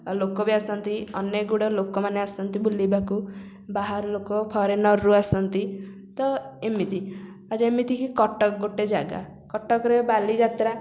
ଲୋକ ବି ଆସନ୍ତି ଅନେକ ଗୁଡ଼ିଏ ଲୋକମାନେ ଆସନ୍ତି ବୁଲିବାକୁ ବାହାର ଲୋକ ଫରେନ୍ରରୁ ଆସନ୍ତି ତ ଏମିତି ଆଉ ଯେମିତି କି କଟକ ଗୋଟେ ଜାଗା କଟକରେ ବାଲିଯାତ୍ରା